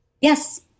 yes